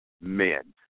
men